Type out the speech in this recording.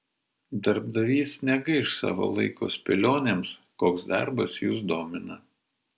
darbdavys negaiš savo laiko spėlionėms koks darbas jus domina